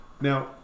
now